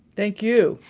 thank you.